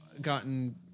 gotten